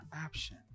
option